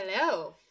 Hello